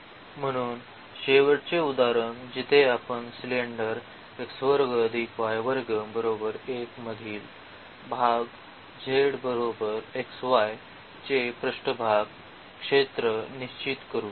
म्हणून शेवटचे उदाहरण जिथे आपण सिलेंडर मधील भाग z xy चे पृष्ठभाग क्षेत्र निश्चित करू